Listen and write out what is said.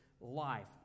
life